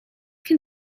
can